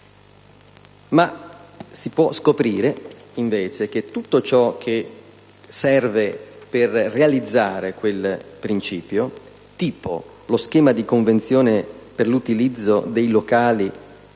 può invece scoprire che tutto ciò che serve per realizzare quel principio - tipo lo schema di convenzione per l'utilizzo dei locali